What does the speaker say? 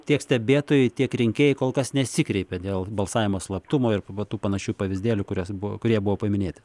tiek stebėtojai tiek rinkėjai kol kas nesikreipė dėl balsavimo slaptumo ir va tų panašių pavyzdėlių kurias buvo kurie buvo paminėti